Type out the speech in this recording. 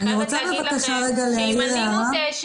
אני חייבת להגיד לכם שאם אני מותשת,